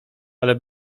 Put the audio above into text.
ale